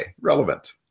relevant